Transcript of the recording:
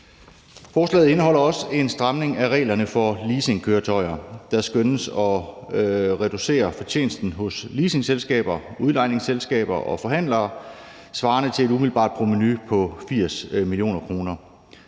Forslaget indeholder også en stramning af reglerne for leasingkøretøjer, der skønnes at reducere fortjenesten hos leasingselskaber, udlejningsselskaber og forhandlere svarende til et umiddelbart provenu på 80 mio. kr.